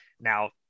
Now